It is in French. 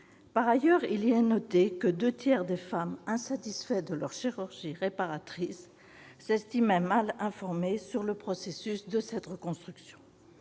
Par ailleurs, il y est noté que deux tiers des femmes insatisfaites de leur chirurgie réparatrice s'estimaient mal informées sur le processus de cette reconstruction.